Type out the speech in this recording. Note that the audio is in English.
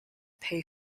pay